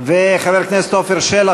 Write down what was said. חבר הכנסת עפר שלח,